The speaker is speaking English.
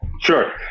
Sure